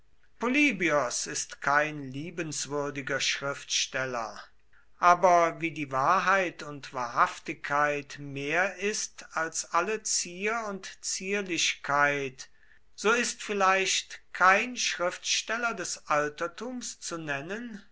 ist kein liebenswürdiger schriftsteller aber wie die wahrheit und wahrhaftigkeit mehr ist als alle zier und zierlichkeit so ist vielleicht kein schriftsteller des altertums zu nennen